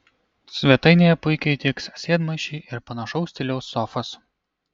svetainėje puikiai tiks sėdmaišiai ir panašaus stiliaus sofos